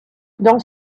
dans